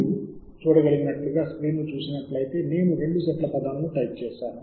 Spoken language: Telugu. ఇది మొదటి పేజీలో ఉంది నేను ఇప్పటికే లాగిన్ అయ్యాను